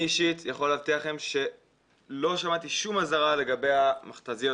אני אישית יכול להבטיח לכם שלא שמעתי שום אזהרה לגבי המכת"זיות.